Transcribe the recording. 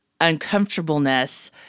uncomfortableness